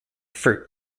fruit